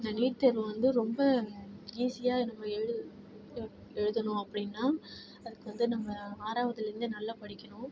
இந்த நீட் தேர்வு வந்து ரொம்ப ஈஸியாக நம்ம எழு எழுதணும் அப்படின்னா அதுக்கு வந்து நம்ம ஆறாவதுலேந்தே இருந்தே நல்லா படிக்கணும்